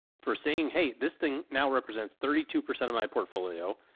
for saying, hey, this thing now represents thirty two percent of my portfolio.